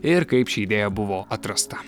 ir kaip ši idėja buvo atrasta